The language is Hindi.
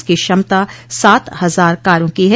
इसकी क्षमता सात हजार कारों की है